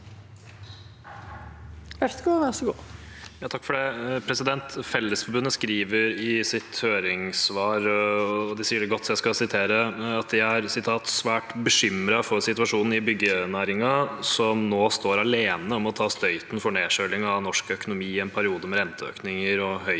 Fellesfor- bundet skriver i sitt høringssvar – de sier det så godt – at de er: «svært bekymret for situasjonen i byggenæringen, som nå står alene om å ta støyten for nedkjølingen av norsk økonomi i en periode med renteøkninger og høy